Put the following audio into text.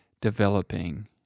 developing